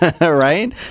Right